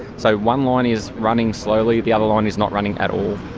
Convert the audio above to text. so one line is running slowly, the other line is not running at all.